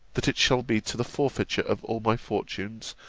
that it shall be to the forfeiture of all my fortunes,